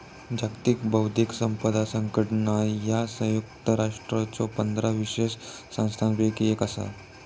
जागतिक बौद्धिक संपदा संघटना ह्या संयुक्त राष्ट्रांच्यो पंधरा विशेष संस्थांपैकी एक असा